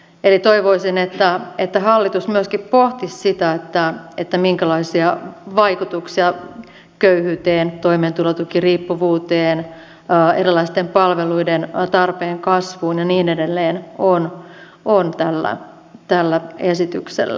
eli toivoisin että hallitus myöskin pohtisi sitä minkälaisia vaikutuksia köyhyyteen toimeentulotukiriippuvuuteen erilaisten palveluiden tarpeen kasvuun ja niin edelleen on tällä esityksellä